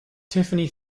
tiffany